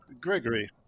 gregory